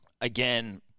Again